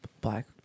Black